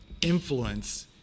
influence